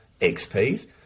XP's